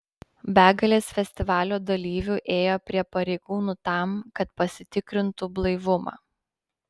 begalės festivalio dalyvių ėjo prie pareigūnų tam kad pasitikrintu blaivumą